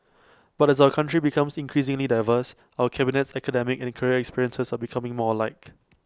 but as our country becomes increasingly diverse our cabinet's academic and career experiences are becoming more alike